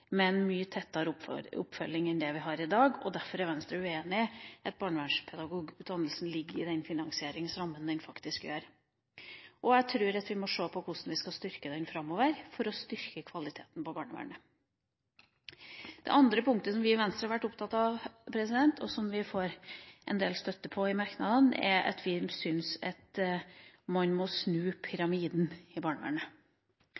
mye tettere oppfølging enn det vi har i dag, og derfor er Venstre uenig i at barnevernspedagogutdannelsen ligger i den finansieringsrammen den faktisk gjør. Jeg tror at vi må se på hvordan vi skal styrke den framover for å styrke kvaliteten på barnevernet. Det andre punktet som vi i Venstre har vært opptatt av, og som vi får en del støtte for i merknadene, er at man må snu pyramiden i barnevernet. Man må